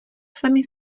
sami